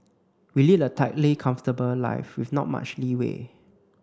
we lead a tightly comfortable life with not much leeway